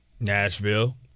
Nashville